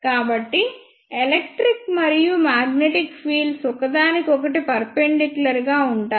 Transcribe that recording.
కాబట్టి ఎలక్ట్రిక్ మరియు magnetic fields ఒకదానికొకటి పర్పెండికులర్ గా ఉంటాయి